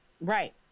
Right